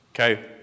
Okay